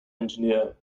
engineer